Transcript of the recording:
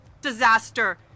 disaster